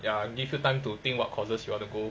ya give you time to think what courses you want to go